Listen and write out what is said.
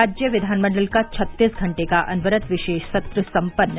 राज्य विधानमंडल का छत्तीस घंटे का अनवरत विशेष सत्र सम्पन्न